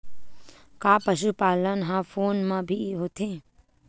का पशुपालन ह फोन म भी होथे?